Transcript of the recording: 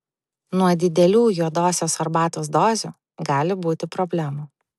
nuo didelių juodosios arbatos dozių gali būti problemų